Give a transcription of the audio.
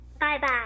Bye-bye